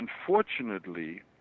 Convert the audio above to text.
unfortunately